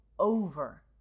over